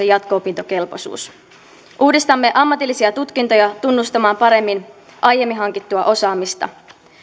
jatko opintokelpoisuus uudistamme ammatillisia tutkintoja tunnustamaan paremmin aiemmin hankittua osaamista